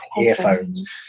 earphones